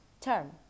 term